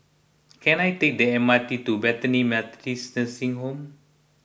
can I take the M R T to Bethany Methodist Nursing Home